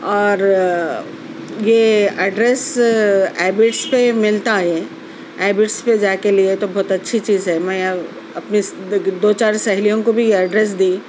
اور یہ ایڈریس ایبِڈس پہ ملتا ہے ایبڈس پہ جا کے لیے تو بہت اچھی چیز ہے میں اپنی دو چار سہیلیوں کو بھی یہ ایڈریس دی